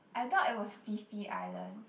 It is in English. I thought it was Phi-Phi island